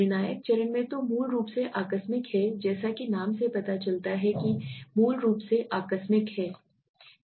निर्णायक चरण में तो मूल रूप से आकस्मिक है जैसा कि नाम से पता चलता है कि मूल रूप से आकस्मिक है